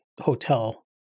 hotel